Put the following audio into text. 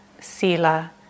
sila